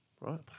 Right